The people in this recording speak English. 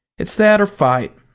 it's that or fight,